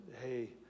hey